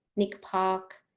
nick park,